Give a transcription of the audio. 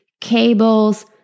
cables